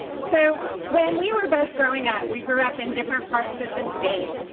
so when we were both growing up, we grew up in different parts of the state,